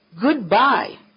goodbye